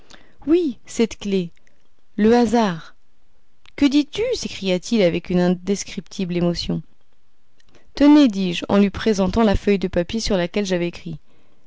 oui cette clef le hasard que dis-tu s'écria-t-il avec une indescriptible émotion tenez dis-je en lui présentant la feuille de papier sur laquelle j'avais écrit